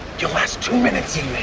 you'll last two minutes